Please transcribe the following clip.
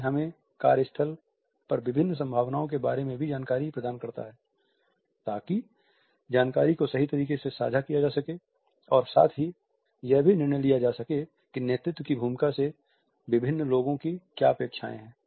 यह हमें कार्य स्थल पर विभिन्न संभावनाओं के बारे में भी जानकारी प्रदान करता है ताकि जानकारी को सही तरीके से साझा किया जा सके और साथ ही यह भी निर्णय लिया जा सके कि नेतृत्व की भूमिका से विभिन्न लोगों की क्या अपेक्षाएँ हैं